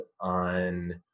on